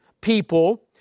people